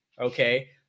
okay